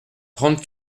trente